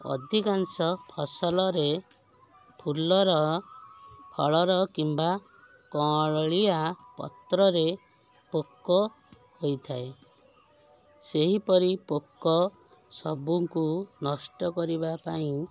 ଅଧିକାଂଶ ଫସଲରେ ଫୁଲର ଫଳର କିମ୍ବା କଅଁଳିଆ ପତ୍ରରେ ପୋକ ହେଇଥାଏ ସେହିପରି ପୋକ ସବୁଙ୍କୁ ନଷ୍ଟ କରିବାପାଇଁ